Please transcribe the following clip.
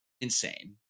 insane